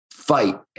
fight